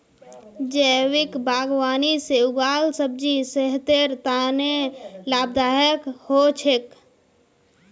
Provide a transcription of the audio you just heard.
जैविक बागवानी से उगाल सब्जी सेहतेर तने लाभदायक हो छेक